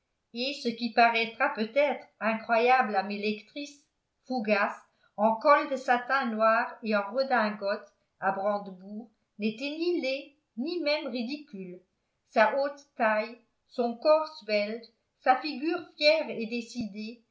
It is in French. et ce qui paraîtra peut-être incroyable à mes lectrices fougas en col de satin noir et en redingote à brandebourgs n'était ni laid ni même ridicule sa haute taille son corps svelte sa figure fière et décidée